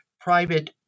private